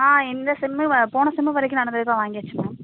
ஆ இந்த செம்மு போன செம்மு வரைக்கும் நடந்ததுக்கெலாம் வாங்கியாச்சு மேம்